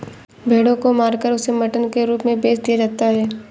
भेड़ों को मारकर उसे मटन के रूप में बेच दिया जाता है